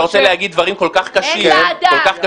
אין ועדה.